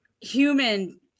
human